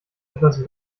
etwas